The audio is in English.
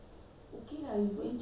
என்:en box பத்தும்மா:patthumma